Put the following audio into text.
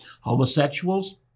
homosexuals